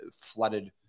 flooded